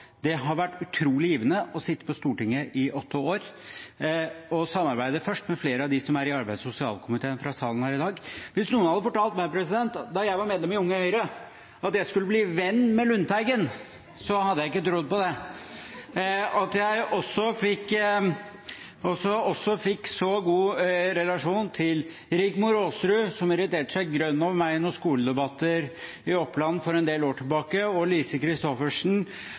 det har vært utrolig givende å sitte på Stortinget i åtte år, og først samarbeide med flere av dem fra arbeids- og sosialkomiteen som er i salen her i dag. Hvis noen hadde fortalt meg da jeg var medlem i Unge Høyre at jeg skulle bli venn med Lundteigen, hadde jeg ikke trodd på det. At jeg også fikk en så god relasjon til Rigmor Aasrud, som irriterte seg grønn over meg i noen skoledebatter i Oppland for en del år tilbake, og Lise Christoffersen